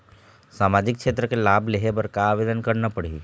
सामाजिक क्षेत्र के लाभ लेहे बर का आवेदन करना पड़ही?